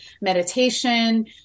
meditation